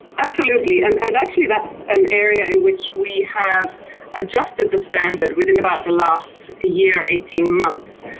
absolutely, and actually that's an area in which we have adjusted the standard within about the last year, eighteen months.